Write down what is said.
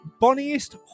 Bonniest